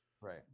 Right